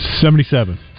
Seventy-seven